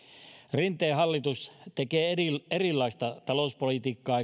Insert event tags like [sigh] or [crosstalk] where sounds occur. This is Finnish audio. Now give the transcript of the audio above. rinteen hallitus tekee erilaista talouspolitiikkaa [unintelligible]